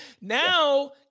Now